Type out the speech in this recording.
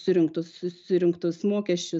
surinktus surinktus mokesčius